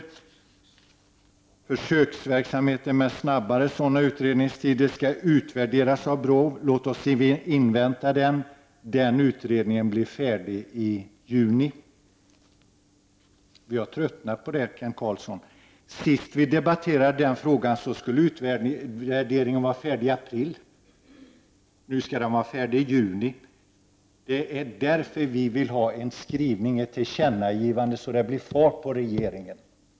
Han sade att försöksverksamheten med snabbare utredning skall utvärderas av brottsförebyggande rådet och att vi skulle invänta den utredningen. Den blir färdig i juni. Vi har tröttnat på att vänta, Kent Carlsson. Sist vi debatterade den frågan skulle utvärderingen vara färdig i april. Nu skall den vara färdig i juni. Vi vill ha ett tillkännagivande till regeringen, så att det blir fart på regeringen.